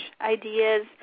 ideas